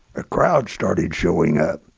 a crowd started showing up.